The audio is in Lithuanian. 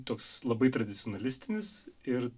toks labai tradicionalistinis ir